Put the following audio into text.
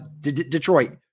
Detroit